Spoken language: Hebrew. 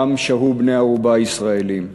ששם שהו בני ערובה ישראלים.